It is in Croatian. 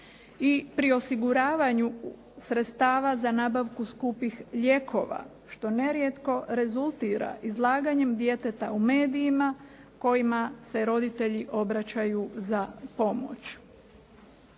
i pri osiguravanju sredstava za nabavku skupih lijekova, što nerijetko rezultira izlaganjem djeteta u medijima kojima se roditelji obraćaju za pomoć.